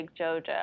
Jojo